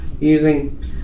using